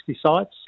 sites